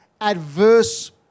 adverse